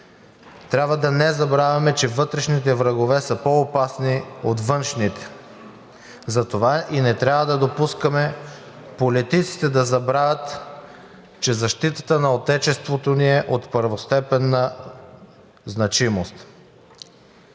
трябва да не забравяме, че вътрешните врагове са по-опасни от външните. Затова и не трябва да допускаме политиците да забравят, че защитата на отечеството ни е от първостепенна значимост,